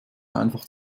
einfach